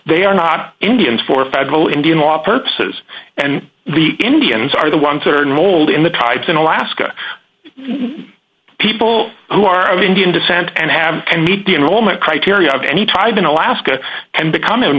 they are not indians for federal indian law purposes and the indians are the ones that are involved in the tides in alaska people who are of indian descent and have to meet the enrollment criteria of any type in alaska and becom